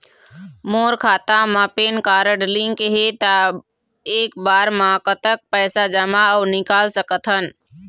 मोर खाता मा PAN card link हे ता एक बार मा कतक पैसा जमा अऊ निकाल सकथन?